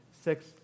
six